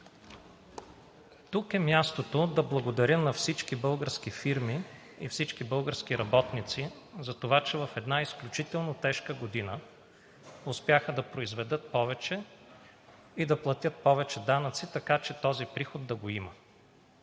Тук е мястото да благодаря на всички български фирми и всички български работници, затова че в една изключително тежка година успяха да произведат повече и да платят повече данъци, така че този приход да го има.